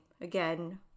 Again